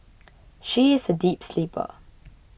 she is a deep sleeper